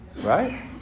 Right